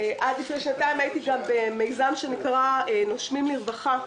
עד לפני שנתיים הייתי גם במיזם שנקרא "נושמים לרווחה".